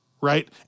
right